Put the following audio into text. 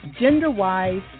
gender-wise